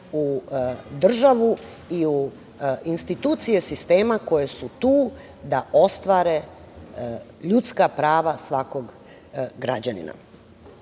u državu i u institucije sistema koje su tu da ostvare ljudska prava svakog građanina. Koliko